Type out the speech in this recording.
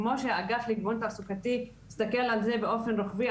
כמו שהאגף לגיוון תעסוקתי מסתכל על זה באופן רוחבי,